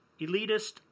elitist